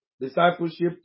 discipleship